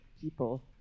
people